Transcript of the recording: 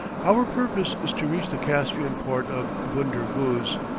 our purpose is to reach the caspian port of bunder guz,